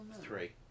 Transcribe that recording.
Three